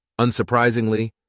Unsurprisingly